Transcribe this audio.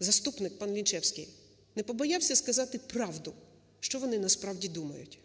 заступник - пан Лінчевський - не побоявся сказати правду, що вони насправді думають.